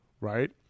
right